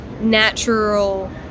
natural